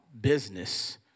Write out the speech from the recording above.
business